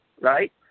Right